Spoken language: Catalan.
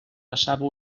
passava